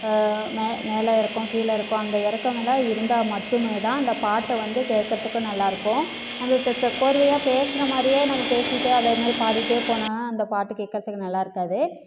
மே மேலே இருக்கோம் கீழே இருக்கோம் அந்த இறக்கமெல்லாம் இருந்தால் மட்டுமேதான் அந்த பாட்டை வந்து கேட்குறதுக்கு நல்லா இருக்கும் நம்ம இப்போ இப்போ கோர்வையாக பேசுகிற மாதிரியே நம்ம பேசிகிட்டே அதே மாதிரி பாடிக்கிட்டே போனால் அந்த பாட்டு கேட்குறதுக்கு நல்லா இருக்காது